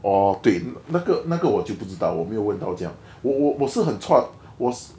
orh 对那个那个我就不知道我没有问到这样我我我是很 chua was